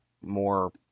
more